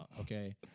okay